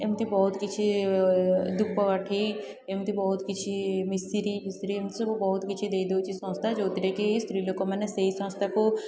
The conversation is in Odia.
ଏମିତି ବହୁତ କିଛି ଧୂପକାଠି ଏମିତି ବହୁତ କିଛି ମିଶ୍ରିଫିଶ୍ରୀ ଏମିତି ସବୁ ବହୁତ କିଛି ଦେଇଦେଉଛି ସଂସ୍ଥା ଯେଉଁଥିରେକି ସ୍ତ୍ରୀ ଲୋକମାନେ ସେହି ସଂସ୍ଥାକୁ